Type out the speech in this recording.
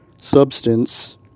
substance